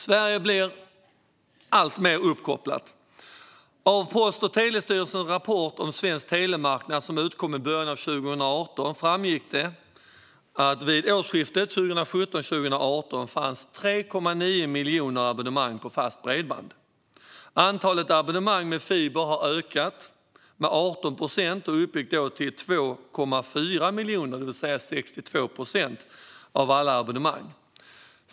Sverige blir alltmer uppkopplat. Av Post och telestyrelsens rapport om svensk telekommarknad som utkom i början av 2018 framgick att det vid årsskiftet 2017/2018 fanns 3,9 miljoner abonnemang på fast bredband. Antalet abonnemang med fiber hade ökat med 18 procent och uppgick till 2,4 miljoner, det vill säga 62 procent av alla abonnemang.